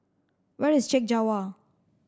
where is Chek Jawa